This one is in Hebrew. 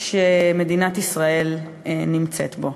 שמדינת ישראל נמצאת בו.